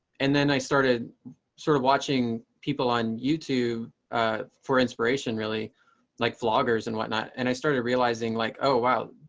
and then i started sort of watching people on youtube for inspiration, really like bloggers and whatnot. and i started realizing like, oh, wow.